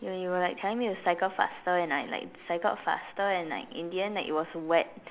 when you were like telling me to cycle faster and I like cycled faster and like in the end like it was like wet